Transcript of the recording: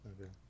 Okay